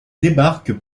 débarque